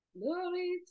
Glory